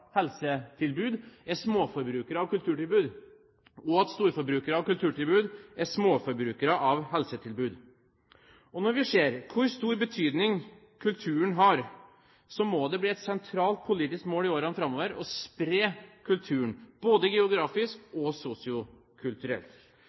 helsetilbud er småforbrukere av kulturtilbud, og at storforbrukere av kulturtilbud er småforbrukere av helsetilbud. Når vi ser hvor stor betydning kulturen har, må det bli et sentralt politisk mål i årene framover å spre kulturen, både geografisk